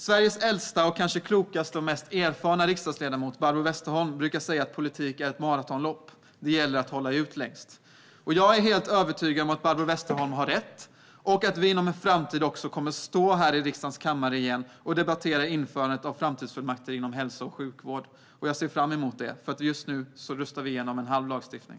Sveriges äldsta och kanske klokaste och mest erfarna riksdagsledamot Barbro Westerholm brukar säga att politik är ett maratonlopp - det gäller att hålla ut längst. Jag är helt övertygad om att Barbro Westerholm har rätt och att vi inom en framtid kommer att stå här i riksdagens kammare igen och debattera införandet av framtidsfullmakter inom hälso och sjukvård. Jag ser fram emot det, för i dag röstar vi igenom en halv lagstiftning.